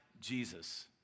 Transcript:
Jesus